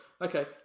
Okay